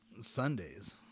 Sundays